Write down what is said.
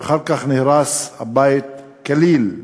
ואחר כך נהרס הבית כליל.